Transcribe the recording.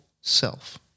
self